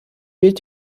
wählt